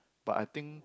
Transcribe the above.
but I think